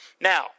Now